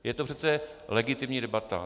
Je to přece legitimní debata.